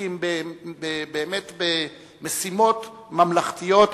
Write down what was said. כי הם באמת במשימות ממלכתיות.